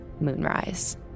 Moonrise